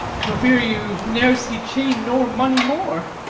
for fear you ne'er see chain nor money more.